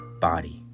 body